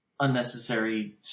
unnecessary